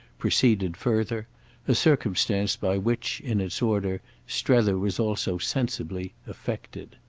proceeded further a circumstance by which, in its order, strether was also sensibly affected.